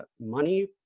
money